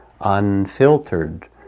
unfiltered